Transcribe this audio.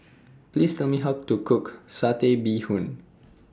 Please Tell Me How to Cook Satay Bee Hoon